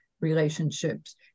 relationships